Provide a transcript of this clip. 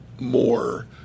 more